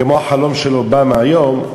כמו החלום של אובמה היום,